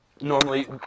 normally